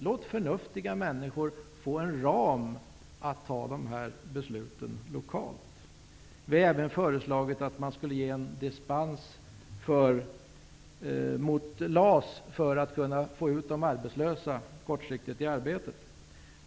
Låt förnuftiga människor få en ram för att fatta de här besluten lokalt. Vi har även föreslagit att dispens beviljas när det gäller LAS för att kortsiktigt få ut arbetslösa i arbete.